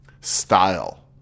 style